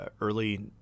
early